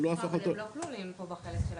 אבם הם לא כלולים בחלק ,